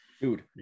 Dude